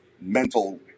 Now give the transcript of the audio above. mental